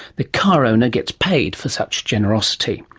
the car owner gets paid for such generosity.